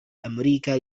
أمريكا